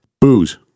booze